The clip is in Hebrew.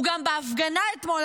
הוא גם בהפגנה אתמול,